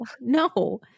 no